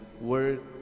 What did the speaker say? work